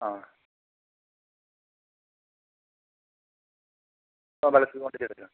ആ അപ്പം bulk quantity എടുക്കാം